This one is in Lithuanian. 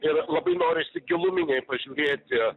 ir labai norisi giluminiai pažiūrėti